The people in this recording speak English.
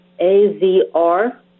A-Z-R